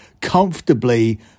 comfortably